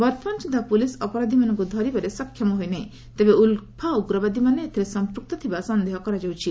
ବର୍ତ୍ତମାନ ସୁଦ୍ଧା ପୁଲିସ୍ ଅପରାଧିମାନଙ୍କୁ ଧରିବାରେ ସକ୍ଷମ ହୋଇନାହିଁ ତେବେ ଉଲ୍ଫା ଉଗ୍ରବାଦୀମାନେ ଏଥିରେ ସଂପୃକ୍ତ ଥିବା ସନ୍ଦେହ କରାଯାଉଛି